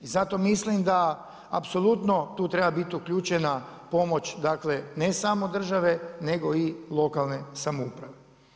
I zato mislim da apsolutno tu treba biti uključena pomoć dakle, ne samo države nego i lokalne samouprave.